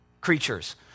creatures